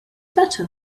better